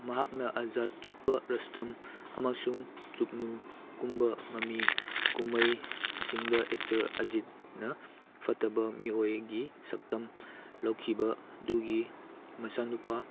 ꯃꯍꯥꯛꯅ ꯑꯖꯥꯠ ꯆꯨꯞꯄ ꯔꯦꯁꯇꯝ ꯑꯃꯁꯨꯡ ꯆꯨꯞꯅꯨꯀꯨꯝꯕ ꯃꯃꯤ ꯀꯨꯝꯃꯩꯁꯤꯡꯗ ꯑꯦꯛꯇꯔ ꯑꯖꯤꯠꯅ ꯐꯠꯇꯕ ꯃꯤꯑꯣꯏꯒꯤ ꯁꯛꯇꯝ ꯂꯧꯈꯤꯕ ꯑꯗꯨꯒꯤ ꯃꯆꯥꯅꯨꯄꯥ